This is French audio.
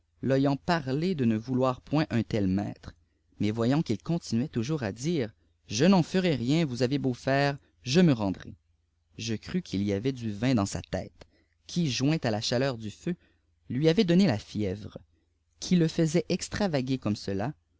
l'oyant parler de nte vouloir poiia un tel maître mais voyant qu'il continuait toujours à dire f fè n èii ferai rien vous avez beau ïairfe je me rendrai je crus quiî y avait du vin danè sa iète quij joint à la chaleur du feu lui avait donné la fièvre qtiî ke àfeaît extiiavaguer comme cela